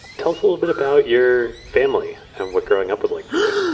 tell us a little bit about your family and what growing up was like for you.